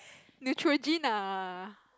Neutrogena